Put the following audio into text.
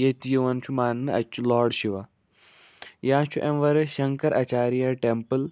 ییٚتہِ یِوان چھُ ماننہٕ اَتہِ چھُ لاڈ شِوا یا چھُ اَمہِ وَرٲے شَنکر اَچارِیا ٹٮ۪مپٕل